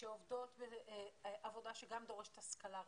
שעובדות עבודה שגם דורשת השכלה רבה,